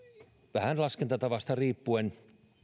vähän laskentatavasta riippuen